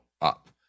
up